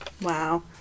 Wow